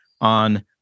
on